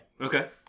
Okay